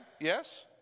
Yes